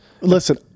listen